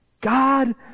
God